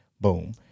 Boom